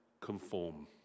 conform